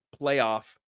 playoff